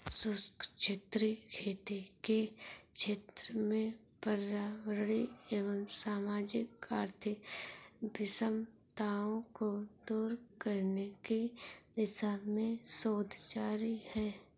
शुष्क क्षेत्रीय खेती के क्षेत्र में पर्यावरणीय एवं सामाजिक आर्थिक विषमताओं को दूर करने की दिशा में शोध जारी है